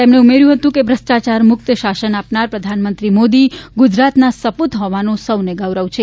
તેમણે ઉમેર્યું હતું કે બ્રષ્ટાચારમુક્ત શાસન આપનાર પ્રધાનમંત્રી મોદી ગુજરાતના સપુત હોવાનું સૌને ગૌરવ છે